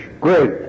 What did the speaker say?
great